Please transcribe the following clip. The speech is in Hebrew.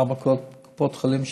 מארבע קופות החולים,